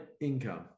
income